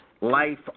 Life